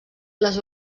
les